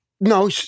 No